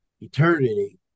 eternity